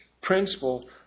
principle